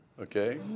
Okay